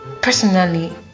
personally